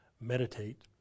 Meditate